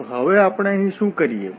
તો હવે આપણે અહીં શું કરીએ